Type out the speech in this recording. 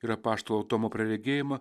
ir apaštalo tomo praregėjimą